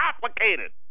complicated